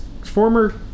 former